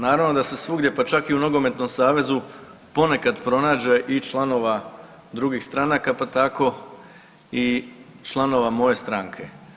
Naravno da se svugdje pa čak i u nogometnom savezu ponekad pronađe i članova drugih stranaka, pa tako i članova moje stranke.